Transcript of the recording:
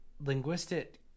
linguistic